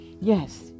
Yes